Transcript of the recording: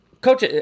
Coach